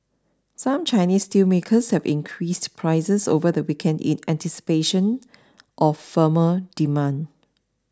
some Chinese steelmakers have increased prices over the weekend in anticipation of firmer demand